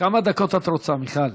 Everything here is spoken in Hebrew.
כמה דקות את רוצה, מיכל,